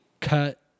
cut